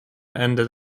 ended